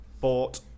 bought